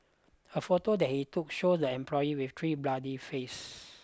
a photo that he took shows the employee with three bloodied face